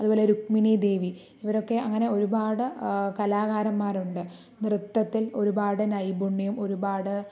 അതുപോലെ രുഗ്മിണി ദേവി ഇവരൊക്കെ അങ്ങനെ ഒരുപാട് കലാകാരന്മാരുണ്ട് നൃത്തത്തിൽ ഒരുപാട് നൈപുണ്യം ഒരുപാട്